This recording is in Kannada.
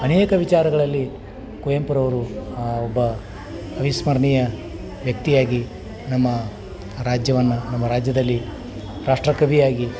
ಅನೇಕ ವಿಚಾರಗಳಲ್ಲಿ ಕುವೆಂಪುರವ್ರು ಒಬ್ಬ ಅವಿಸ್ಮರ್ಣೀಯ ವ್ಯಕ್ತಿಯಾಗಿ ನಮ್ಮ ರಾಜ್ಯವನ್ನು ನಮ್ಮ ರಾಜ್ಯದಲ್ಲಿ ರಾಷ್ಟ್ರಕವಿಯಾಗಿ